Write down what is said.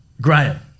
Graham